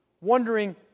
wondering